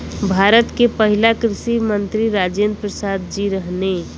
भारत के पहिला कृषि मंत्री राजेंद्र प्रसाद जी रहने